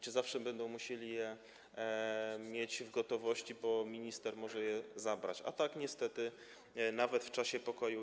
Czy zawsze będą musieli mieć je w gotowości, bo minister może je zabrać, a tak niestety jest nawet w czasie pokoju?